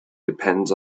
depends